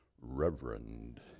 reverend